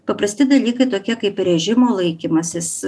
paprasti dalykai tokie kaip režimo laikymasis